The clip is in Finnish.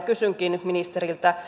kysynkin ministeriltä